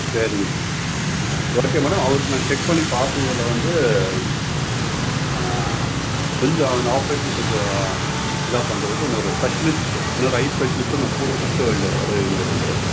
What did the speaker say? சரி okay madam அவருக்கு நான் செக் பண்ணி பார்த்ததுல வந்து கொஞ்சம் அந்த ஆப்ரேஷன் கொஞ்சம் இதாக பண்ணுறதுக்கு இன்னோரு ஸ்பெஷலிஸ்ட்டு இன்னொரு ஐ ஸ்பெஷலிஸ்ட்டும் நான் கூட கூப்பிட்ட வேண்டிய வர வேண்டியிருக்குது